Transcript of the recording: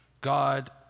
God